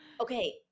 Okay